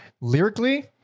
lyrically